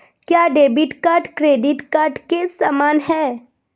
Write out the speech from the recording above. क्या debit card credit card के समान है?